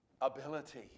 ability